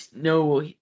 no